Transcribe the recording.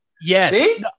Yes